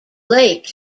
lake